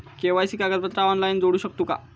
KYC कागदपत्रा online जोडू शकतू का?